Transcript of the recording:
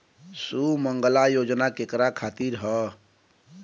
सुमँगला योजना केकरा खातिर ह?